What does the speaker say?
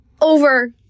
over